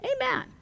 Amen